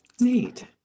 Neat